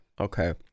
okay